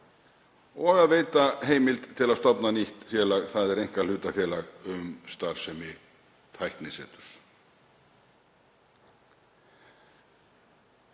ráðherra heimild til að stofna nýtt félag, þ.e. einkahlutafélag um starfsemi tækniseturs.